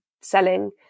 selling